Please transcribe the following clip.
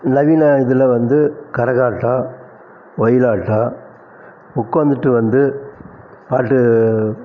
நவீன இதில் வந்து கரகாட்டம் ஒயிலாட்டம் உட்காந்துட்டு வந்து பாட்டு